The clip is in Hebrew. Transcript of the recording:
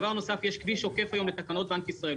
דבר נוסף, יש היום כביש עוקף לתקנות בנק ישראל.